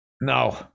no